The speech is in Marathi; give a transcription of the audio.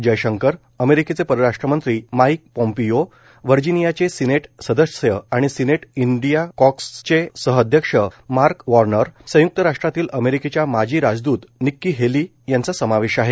जयशंकर अमेरिकेचे परराष्ट्रमंत्री माईक पोंपिओ व्हर्जिनियाचे सिनेट सदस्य आणि सिनेट इंडिया कॉकसचे सह अध्यक्ष मार्क वॉर्नर संय्क्त राष्ट्रातील अमेरिकेच्या माजी राजदूत निक्की हेली यांचा समावेश आहे